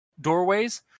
doorways